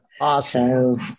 Awesome